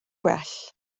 gwell